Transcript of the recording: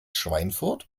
schweinfurt